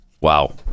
Wow